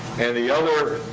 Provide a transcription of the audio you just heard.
and the other